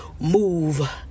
Move